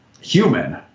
human